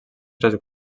tres